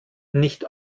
nicht